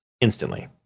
instantly